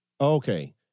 Okay